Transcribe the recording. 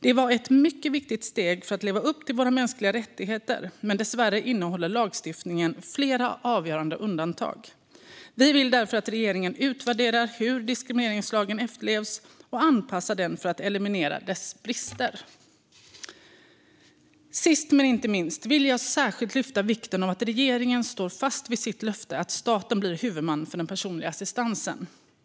Det var ett mycket viktigt steg för att Sverige skulle leva upp till konventionen om mänskliga rättigheter, men dessvärre innehåller lagstiftningen flera avgörande undantag. Vi vill därför att regeringen utvärderar hur diskrimineringslagen efterlevs och anpassar den för att eliminera dess brister. För det femte: Jag vill särskilt lyfta fram vikten av att regeringen står fast vid sitt löfte att staten blir huvudman för den personliga assistansen.